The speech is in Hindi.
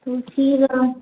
सोचिएगा